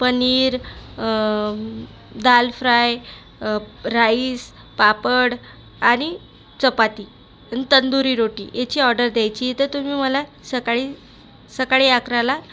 paneer dal fry rice papad आणि चपाती आणि तंदुरी रोटी याची ऑर्डर द्यायची आहे तर तुम्ही मला सकाळी सकाळी अकराला